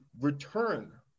return